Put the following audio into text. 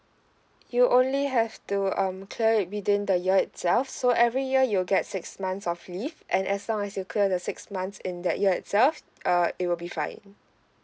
you only have to um clear it within the year itself so every year you'll get six months of leave and as long as you clear the six months in that year itself err it will be fine